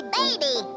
baby